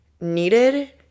needed